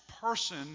person